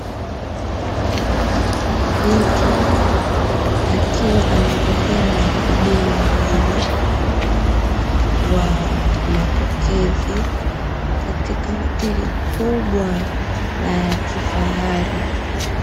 Binti akiwa anaongea na wahudumu wawili wa mapokezi, katika hoteli kubwa na ya kifahari.